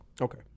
Okay